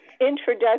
introduction